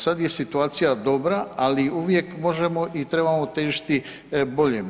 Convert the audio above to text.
Sada je situacija dobra, ali uvijek možemo i trebamo težiti boljem.